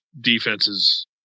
defenses